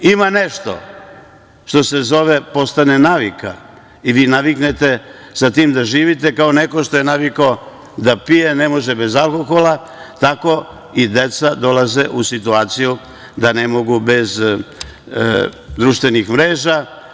Ima nešto što se zove postane navika, i vi naviknete sa tim da živite kao neko što je navikao da pije, ne može bez alkohola, tako i deca dolaze u situaciju da ne mogu bez društvenih mreža.